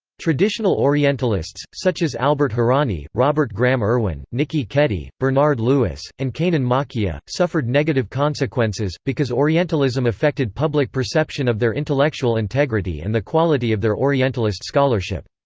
traditional orientalists, such as albert ah hourani, robert graham irwin, nikki keddie, bernard lewis, and kanan makiya, suffered negative consequences, because orientalism affected public perception of their intellectual integrity and the quality of their orientalist scholarship.